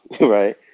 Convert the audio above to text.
right